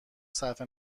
صرف